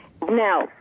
Now